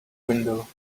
window